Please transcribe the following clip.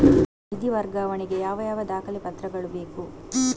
ನಿಧಿ ವರ್ಗಾವಣೆ ಗೆ ಯಾವ ಯಾವ ದಾಖಲೆ ಪತ್ರಗಳು ಬೇಕು?